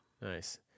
Nice